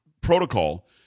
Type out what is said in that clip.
protocol